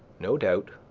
no doubt,